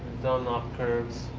dunlop curves.